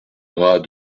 bras